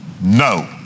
no